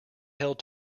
held